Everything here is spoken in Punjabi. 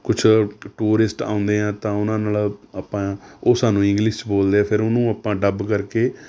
ਕੁਛ ਟੂਰਿਸਟ ਆਉਂਦੇ ਹੈ ਤਾਂ ਉਨ੍ਹਾਂ ਨਾਲ ਆਪਾਂ ਉਹ ਸਾਨੂੰ ਇੰਗਲਿਸ਼ 'ਚ ਬੋਲਦੇ ਹੈ ਫਿਰ ਉਹਨੂੰ ਆਪਾਂ ਡੱਬ ਕਰਕੇ